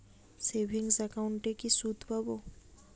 Savings একাউন্টে কি সুদ পাব?